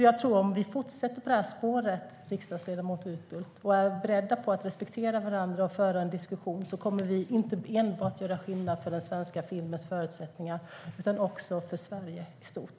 Jag tror att om vi fortsätter på det här spåret, riksdagsledamot Utbult, och är beredda att respektera varandra och föra en diskussion kommer vi inte enbart att göra skillnad för den svenska filmens förutsättningar utan också för Sverige i stort.